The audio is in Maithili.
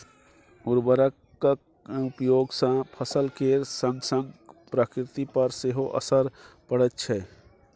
उर्वरकक उपयोग सँ फसल केर संगसंग प्रकृति पर सेहो असर पड़ैत छै